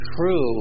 true